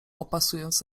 opasując